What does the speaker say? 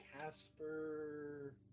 Casper